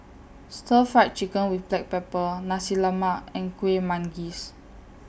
Stir Fried Chicken with Black Pepper Nasi Lemak and Kuih Manggis